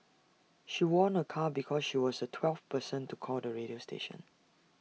she won A car because she was the twelfth person to call the radio station